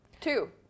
Two